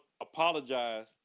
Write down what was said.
apologize